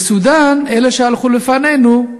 בסודאן, אלה שהלכו לפנינו,